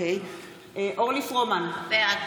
אורלי פרומן, בעד